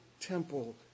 temple